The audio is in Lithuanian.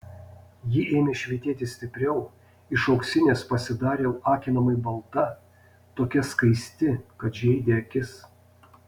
ji ėmė švytėti stipriau iš auksinės pasidarė akinamai balta tokia skaisti kad žeidė akis